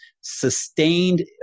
sustained